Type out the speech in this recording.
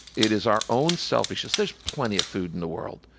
it is our own selfishness. there's plenty of food in the world.